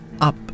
up